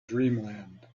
dreamland